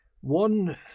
One